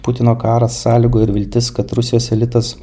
putino karas sąlygojo ir viltis kad rusijos elitas